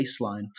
baseline